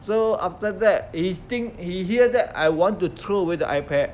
so after that he think that he hear that I want to throw away the ipad